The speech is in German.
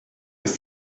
ist